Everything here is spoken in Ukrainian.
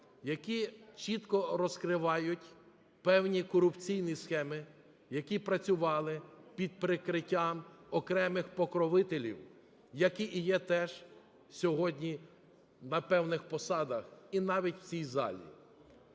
які чітко розкривають певні корупційні схеми, які працювали під прикриттям окремих покровителів, які і є теж сьогодні на певних посадах, і навіть в цій залі.